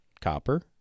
copper